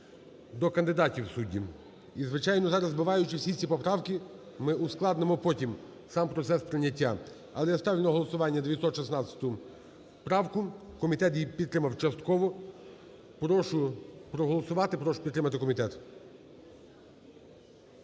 до кандидатів суддів. І, звичайно, зараз збиваючи всі ці поправки, ми ускладнимо потім сам процес прийняття. Але я ставлю на голосування 916 правку, комітет її підтримав частково. Прошу проголосувати, прошу підтримати комітет.